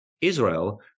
Israel